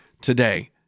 today